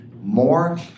more